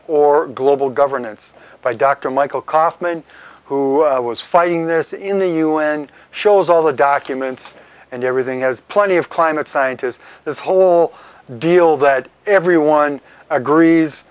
or global governance by dr michael kaufman who was fighting this in the u n shows all the documents and everything as plenty of climate scientists this whole deal that everyone agrees